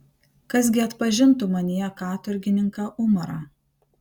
kas gi atpažintų manyje katorgininką umarą